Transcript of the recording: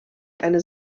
eine